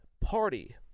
party